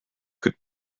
could